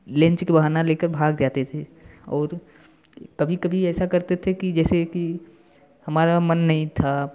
lunch के बहाना लेकर भाग जाते थे और कभी कभी ऐसा करते थे कि जैसे कि हमारा मन नहीं था